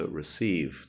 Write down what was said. receive